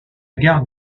gare